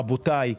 רבותיי,